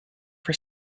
for